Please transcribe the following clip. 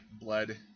blood